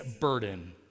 burden